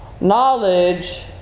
Knowledge